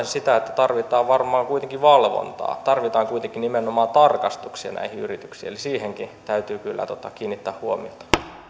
sitä että tarvitaan varmaan kuitenkin valvontaa tarvitaan kuitenkin nimenomaan tarkastuksia näihin yrityksiin eli siihenkin täytyy kyllä kiinnittää huomiota